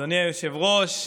אדוני היושב-ראש,